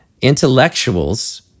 intellectuals